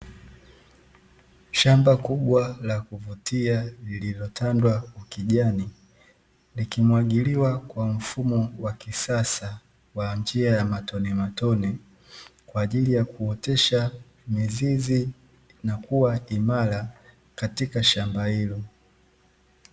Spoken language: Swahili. Shamba kubwa la kuvutia lililotandwa na kijani, likimwagiliwa kwa mfumo wa kisiasa njia ya matone matone kwa ajili ya kuotesha mizizi na kuwa imara katika shamba hilo.